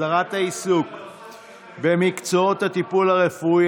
הסדרת העיסוק במקצועות הטיפול הרפואי,